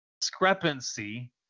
discrepancy